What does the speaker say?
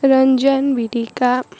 Ranjan Bidika